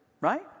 right